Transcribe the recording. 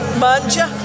manja